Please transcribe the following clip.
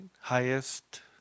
highest